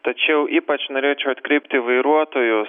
tačiau ypač norėčiau atkreipti vairuotojus